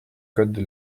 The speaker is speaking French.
code